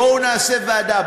בואו נעשה ועדה,